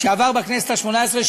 שעבר בכנסת השמונה-עשרה,